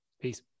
Peace